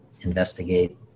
investigate